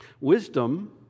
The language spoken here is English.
wisdom